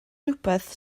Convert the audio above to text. rhywbeth